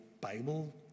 Bible